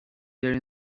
there